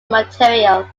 material